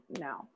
no